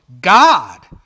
God